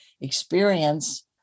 experience